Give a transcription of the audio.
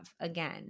again